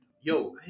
yo